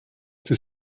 die